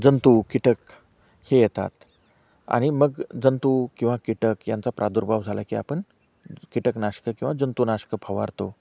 जंतू कीटक हे येतात आणि मग जंतू किंवा कीटक यांचा प्रादुर्भाव झाला की आपण कीटकनाशकं किंवा जंतूनाशकं फवारतो